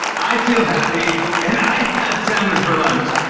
i feel happy and i had salmon for lunch.